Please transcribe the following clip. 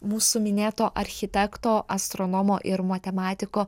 mūsų minėto architekto astronomo ir matematiko